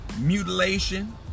mutilation